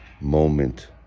moment